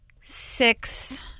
six